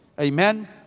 Amen